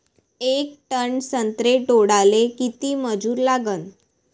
येक टन संत्रे तोडाले किती मजूर लागन?